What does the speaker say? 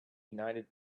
united